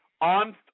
on